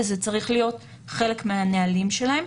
וזה צריך להיות חלק מהנהלים שלהם.